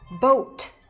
Boat